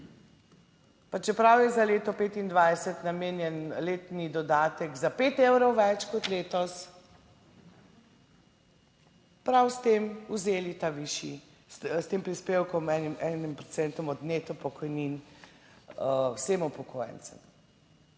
pa čeprav je za leto 2025 namenjen letni dodatek za 5 evrov več kot letos, prav s tem vzeli ta višji, s tem prispevkom enim procentom od neto pokojnin vsem upokojencem.